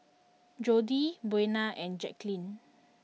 Jordy Buena and Jacklyn